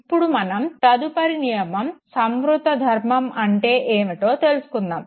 ఇప్పుడు మనం తదుపరి నియమం సంవృత ధర్మం అంటే ఏమిటో తెలుసుకుందాము